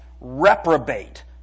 reprobate